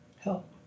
Help